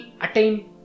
attain